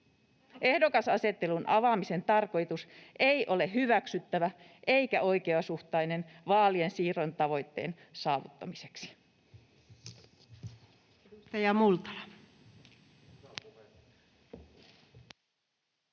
Ehdokasasettelun avaamisen tarkoitus ei ole hyväksyttävä eikä oikeasuhtainen vaalien siirron tavoitteen saavuttamiseksi.